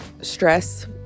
Stress